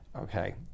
Okay